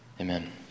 Amen